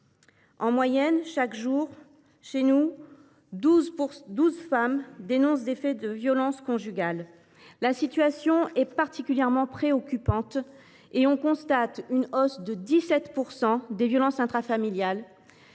En moyenne, chaque jour, douze femmes y dénoncent des faits de violences conjugales. La situation est particulièrement préoccupante. On constate une hausse de 17 % des violences intrafamiliales,